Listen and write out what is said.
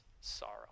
sorrow